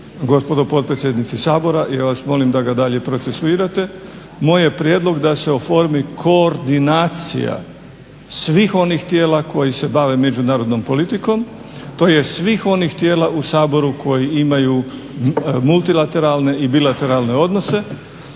gospodo potpredsjednici Sabora ja vas molim da ga dalje procesuirate, moj je prijedlog da se oformi koordinacija svih onih tijela koji se bave međunarodnom politikom tj. svih onih tijela u Saboru koji imaju multilateralne i bilateralne odnose,